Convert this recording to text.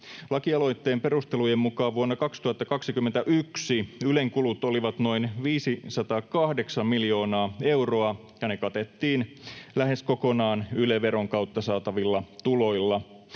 Laki-aloitteen perustelujen mukaan vuonna 2021 Ylen kulut olivat noin 508 miljoonaa euroa ja ne katettiin lähes kokonaan Yle-veron kautta saatavilla tuloilla.